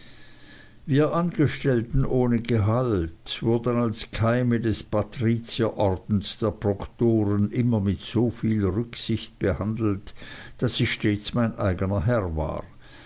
wir angestellten ohne gehalt wurden als keime des patrizierordens der proktoren immer mit soviel rücksicht behandelt daß ich stets mein eigner herr war